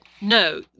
no